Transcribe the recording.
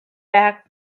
back